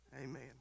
Amen